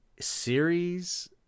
series